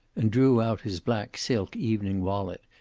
and drew out his black silk evening wallet,